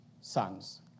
sons